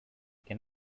can